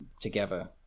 together